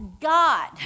God